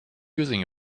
using